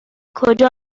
کجا